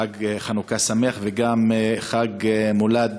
חג חנוכה שמח, וגם לחג המולד,